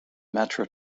metra